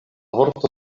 vorto